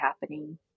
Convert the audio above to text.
happening